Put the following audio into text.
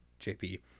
JP